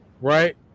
Right